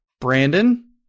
Brandon